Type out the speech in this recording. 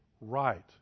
right